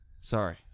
Sorry